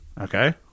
Okay